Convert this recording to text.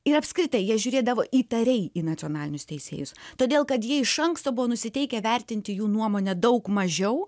ir apskritai jie žiūrėdavo įtariai į nacionalinius teisėjus todėl kad jie iš anksto buvo nusiteikę vertinti jų nuomone daug mažiau